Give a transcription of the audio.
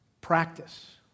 Practice